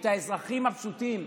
את האזרחים הפשוטים.